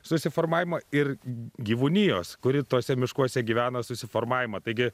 susiformavimą ir gyvūnijos kuri tuose miškuose gyvena susiformavimą taigi